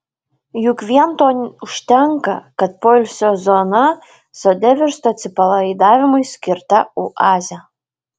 juk vien to užtenka kad poilsio zona sode virstų atsipalaidavimui skirta oaze